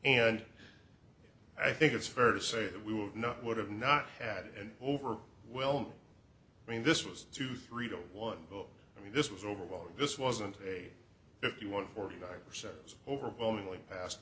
and i think it's fair to say that we would not would have not had and over well i mean this was two three to one vote i mean this was over but this wasn't a fifty one forty nine percent overwhelmingly pas